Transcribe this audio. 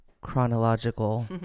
chronological